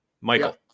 Michael